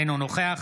אינו נוכח